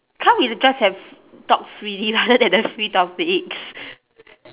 can't we just have talk freely rather than the free topics